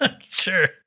Sure